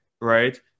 right